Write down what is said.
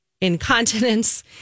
incontinence